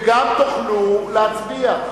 וגם תוכלו להצביע.